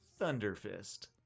Thunderfist